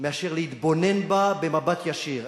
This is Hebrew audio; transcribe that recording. מאשר להתבונן בה במבט ישיר.